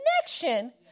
connection